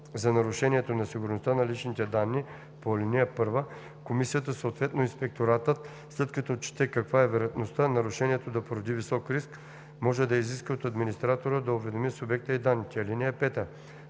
за нарушението на сигурността на личните данни по ал. 1, комисията, съответно инспекторатът, след като отчете каква е вероятността нарушението да породи висок риск, може да изиска от администратора да уведоми субекта на данните. (5)